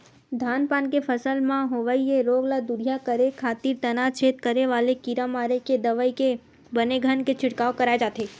धान पान के फसल म होवई ये रोग ल दूरिहा करे खातिर तनाछेद करे वाले कीरा मारे के दवई के बने घन के छिड़काव कराय जाथे